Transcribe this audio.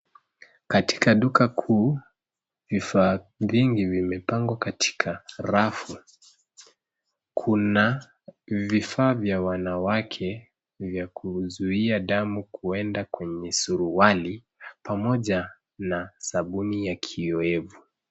Katika duka kuu, vifaa vingi vimmepangwa katika rafu. Kuna vifaa vya wanawake vya kuzuia damu kuenda kwenye suruali pamoja na sabuni ya kiyoyevu.